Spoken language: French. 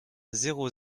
zéro